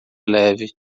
leve